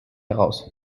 heraus